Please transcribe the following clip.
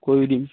কৈ দিম